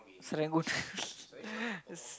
Serangoon